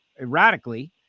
erratically